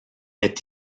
est